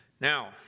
Now